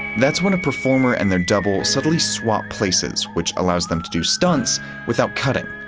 that's when a performer and their double subtly swap places. which allows them to do stunts without cutting.